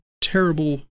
terrible